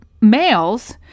males